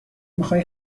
میخای